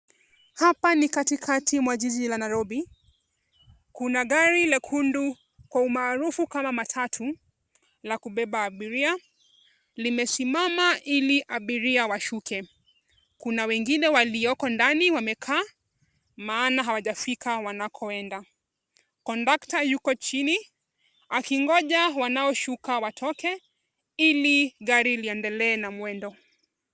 Hapa ni katikati mwa jiji la Nairobi. Kuna gari lekundu kwa umaarufu kama matatu, la kubeba abiria. Limesimama ili abiria washuke, kuna wengine walioko ndani wamekaa, maana hawajafika wanakoenda. Kondakta yuko chini, akingoja wanaoshuka watoke, ili gari liendelee na mwendo.